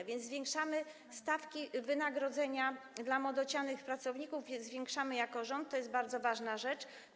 A więc zwiększamy stawki wynagrodzenia dla młodocianych pracowników, zwiększamy jako rząd, to jest bardzo ważna rzecz.